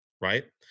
right